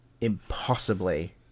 impossibly